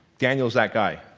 daniel is that guy.